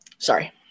sorry